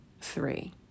three